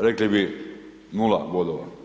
rekli bi 0 bodova.